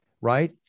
right